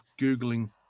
Googling